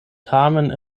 tamen